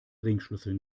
ringschlüssel